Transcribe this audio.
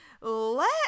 let